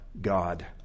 God